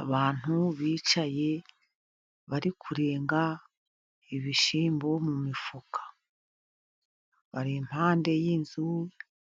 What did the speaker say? Abantu bicaye bari kurenga ibishyimbo mu mifuka, bari impande y'inzu